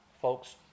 Folks